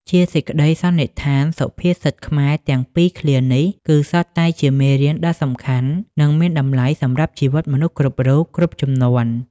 ជាសេចក្តីសន្និដ្ឋាន សុភាសិតខ្មែរទាំងពីរឃ្លានេះ គឺសុទ្ធតែជាមេរៀនដ៏សំខាន់ និងមានតម្លៃសម្រាប់ជីវិតមនុស្សគ្រប់រូប គ្រប់ជំនាន់។